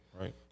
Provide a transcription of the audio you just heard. Right